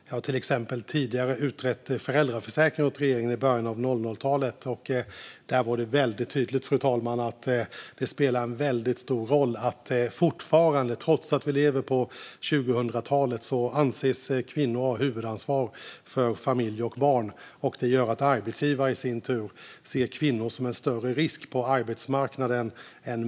Jag har till exempel tidigare utrett föräldraförsäkringen åt regeringen i början av 00-talet, och där var det väldigt tydligt att fortfarande, trots att vi lever på 2000-talet, anses kvinnor ha huvudansvaret för familj och barn, och det gör att arbetsgivare i sin tur ser kvinnor som en större risk än män på arbetsmarknaden.